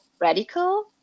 radical